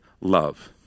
love